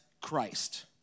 Christ